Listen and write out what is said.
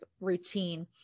routine